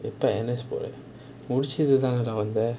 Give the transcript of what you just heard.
எப்போ என்ன:eppo enna score முடிச்சிட்டு தானடா வந்த:mudichitu thaanada vantha